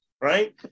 Right